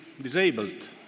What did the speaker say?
disabled